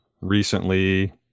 recently